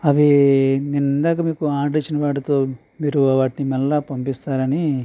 అవి నేను ఇందాక మీకు ఆర్డర్ ఇచ్చిన వాటితో మీరు వాటిని మల్ల పంపిస్తారు అని